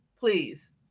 Please